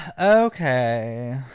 Okay